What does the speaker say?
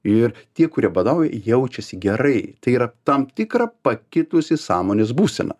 ir tie kurie badauja jaučiasi gerai tai yra tam tikra pakitusi sąmonės būsena